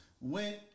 went